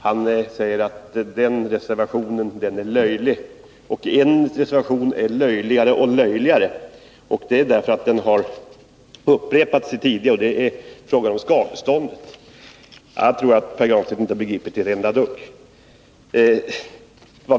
Han sade att en reservation var löjlig. En annan blev enligt Pär Granstedt löjligare och löjligare, därför att den upprepas år efter år. Det var reservationen om skadeståndets storlek. Jag tror inte att Pär Granstedt har begripit ett dugg.